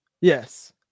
Yes